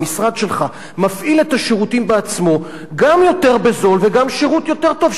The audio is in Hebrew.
המשרד שלך מפעיל את השירותים בעצמו גם יותר בזול וגם השירות יותר טוב.